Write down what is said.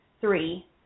three